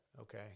Okay